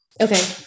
Okay